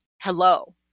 Hello